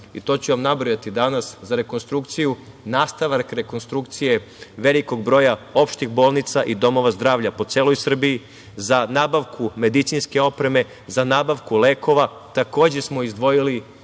i tu ću vam nabrojati danas, za nastavak rekonstrukcije velikog broja opštih bolnica i domova zdravlja po celoj Srbiji, za nabavku medicinske opreme, za nabavku lekova. Takođe smo izdvojili